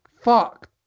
Fuck